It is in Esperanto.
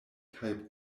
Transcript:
kaj